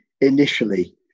initially